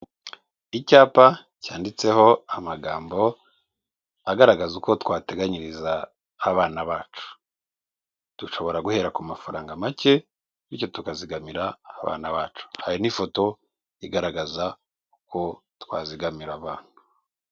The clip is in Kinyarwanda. Icyapa cyanditseho amagambo agaragaza uko twateganyiriza abana bacu, dushobora guhera ku mafaranga make bityo tukazigamira abana bacu, hari n'ifoto igaragaza uko twazigamira abana.